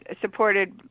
supported